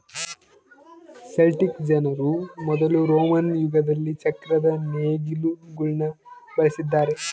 Celtic ಜನರು ಮೊದಲು Roman ಯುಗದಲ್ಲಿ ಚಕ್ರದ ನೇಗಿಲುಗುಳ್ನ ಬಳಸಿದ್ದಾರೆ